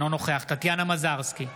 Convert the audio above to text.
אינו נוכח טטיאנה מזרסקי,